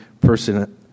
person